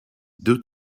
due